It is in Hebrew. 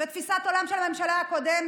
זו תפיסת עולם של הממשלה הקודמת.